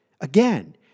Again